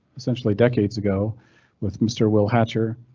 essentially decades ago with mr will hatcher.